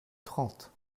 trente